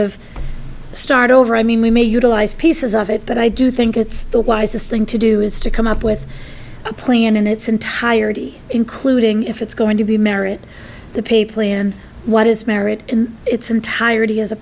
of start over i mean we may utilize pieces of it but i do think it's the wisest thing to do is to come up with a plan in its entirety including if it's going to be merit pay plan what is merit in its entirety as a